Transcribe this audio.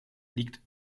liegt